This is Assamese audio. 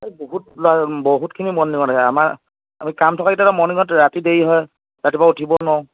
বহুত বহুতখিনি মৰ্ণনিঙত আহে আমাৰ আমি কাম থকাকেইটাতো মৰ্ণিঙত ৰাতি দেৰি হয় ৰাতিপুৱা উঠিব নোৱাৰো